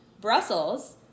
Brussels